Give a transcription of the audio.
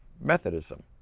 Methodism